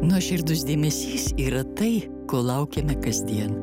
nuoširdus dėmesys yra tai ko laukiame kasdien